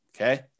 Okay